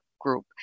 group